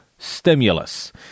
Stimulus